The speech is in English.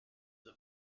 the